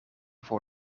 voor